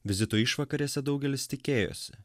vizito išvakarėse daugelis tikėjosi